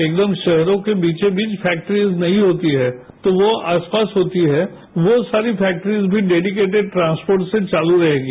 एकदम शहरों के बीचोंबीच फैक्ट्रीज नहीं होती है तो वो आसपास होती है वो सारी फैक्ट्रीज भी डेडीकेटेड ट्रांसपोर्ट से चालू रहेगी